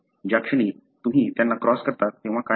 ज्या क्षणी तुम्ही त्यांना क्रॉस करता तेव्हा काय होते